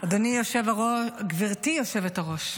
גברתי היושבת-ראש,